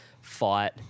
fight